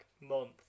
month